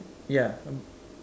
ya